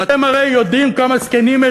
אתם הרי יודעים כמה זקנים יש